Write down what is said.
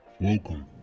Welcome